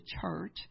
church